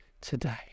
today